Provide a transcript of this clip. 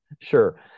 Sure